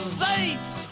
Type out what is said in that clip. saints